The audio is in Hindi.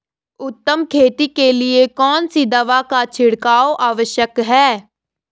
उत्तम खेती के लिए कौन सी दवा का छिड़काव आवश्यक है?